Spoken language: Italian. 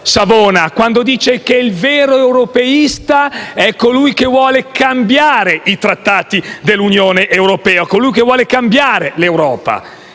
quando dice che il vero europeista è colui che vuole cambiare i trattati dell'Unione europea, colui che vuole cambiare l'Europa.